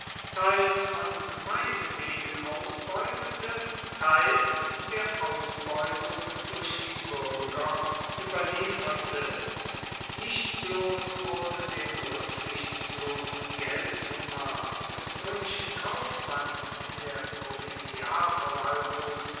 teils von gemeinde wegen ausbeutete teils der ausbeutung durch die bürger überlieferte nicht bloß wurde dem rücksichtslosen geldhunger des römischen kaufmanns in der